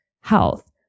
health